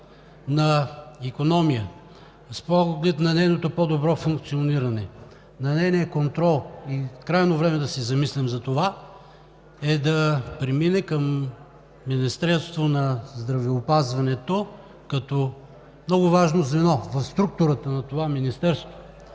на икономия, с оглед на нейното по-добро функциониране, на нейния контрол – крайно време е да се замислим за това, да премине към Министерството на здравеопазването като много важно звено в структурата на това министерство.